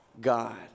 God